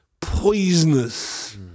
poisonous